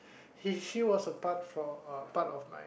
he she was a part for uh part of my